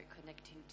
connecting